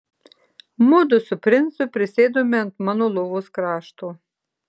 mudu su princu prisėdome ant mano lovos krašto